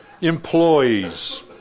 Employees